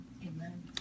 Amen